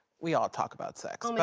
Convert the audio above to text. we all talk about sex. um yeah